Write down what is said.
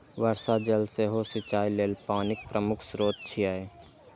वर्षा जल सेहो सिंचाइ लेल पानिक प्रमुख स्रोत छियै